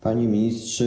Panie Ministrze!